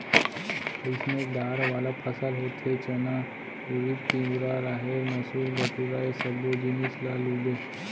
अइसने दार वाला फसल होथे चना, उरिद, तिंवरा, राहेर, मसूर, बटूरा ए सब्बो जिनिस ल लूबे